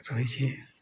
ରହିଛିି